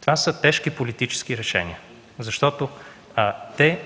Това са тежки политически решения, защото те